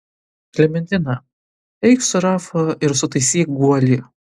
klementina eik su rafa ir sutaisyk guolį